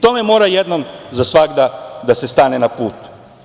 Tome mora jednom za svagda da se stane na put.